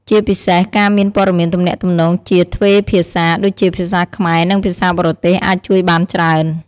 ជាពិសេស ការមានព័ត៌មានទំនាក់ទំនងជាទ្វេភាសា ដូចជា ភាសាខ្មែរ និងភាសាបរទេស អាចជួយបានច្រើន។